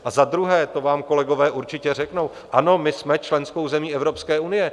A zadruhé, to vám kolegové určitě řeknou, ano, my jsme členskou zemí Evropské unie.